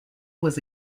was